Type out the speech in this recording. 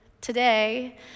today